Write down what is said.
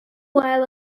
while